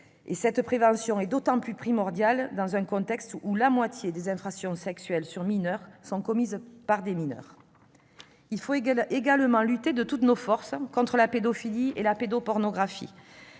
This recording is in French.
Cette prévention est d'autant plus primordiale dans un contexte où la moitié des infractions sexuelles sur mineurs sont commises par des mineurs. Il faut également lutter de toutes nos forces contre la pédophilie et la pédopornographie.